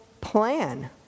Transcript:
plan